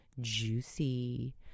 Juicy